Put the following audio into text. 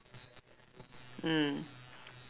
mm